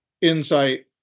insight